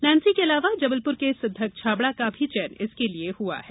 Nancy के अलावा जबलपुर के सिद्धक छाबड़ा का भी चयन इसके लिये हुआ है